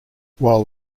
while